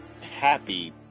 happy